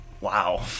Wow